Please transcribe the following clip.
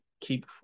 Keep